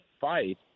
fight